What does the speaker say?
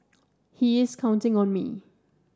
he is counting on me